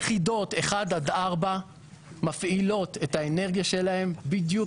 יחידות 1-4 מפעילות את האנרגיה שלהן בדיוק